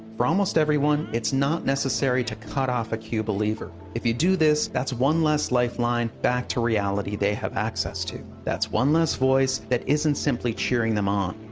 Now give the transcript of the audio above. for almost everyone, it's not necessary to cut off a q believer. if you do this, that's one less lifeline back to reality they have access to. that's one less voice that isn't simply cheering them on.